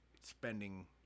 spending